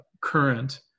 current